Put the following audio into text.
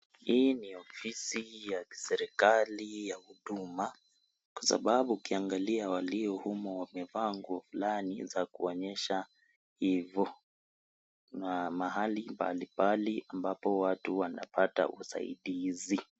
Hii ni ofisi ya kiserikali ya huduma, kwa sababu ukiangalia waliomo humo wamevaa nguo fulani za kuonyesha hivo, mahali mbalimbali ambapo watu hupata usaidizi.